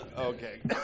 Okay